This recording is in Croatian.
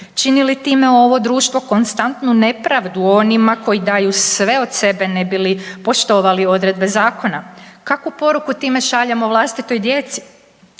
Čini li time ovo društvo konstantnu nepravdu onima koji li daju sve od sebe ne bi li poštovali odredbe zakona? Kakvu poruku time šaljemo vlastitoj djeci?